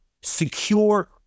secure